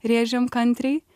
rėžėm kantriai